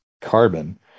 carbon